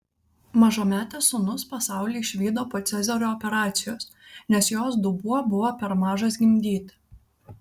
mažametės sūnus pasaulį išvydo po cezario operacijos nes jos dubuo buvo per mažas gimdyti